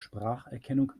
spracherkennung